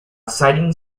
siding